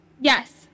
Yes